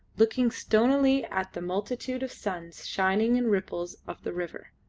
looking stonily at the multitude of suns shining in ripples of the river.